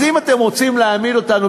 אז אם אתם רוצים להעמיד אותנו,